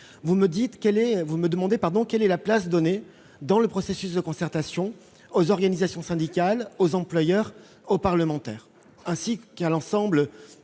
Vous me demandez quelle place est donnée dans le processus de concertation aux organisations syndicales, aux employeurs et aux parlementaires, ainsi qu'à l'ensemble